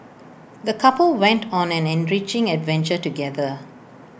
the couple went on an enriching adventure together